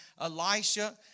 Elisha